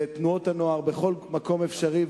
בתנועות הנוער, בכל מקום אפשרי.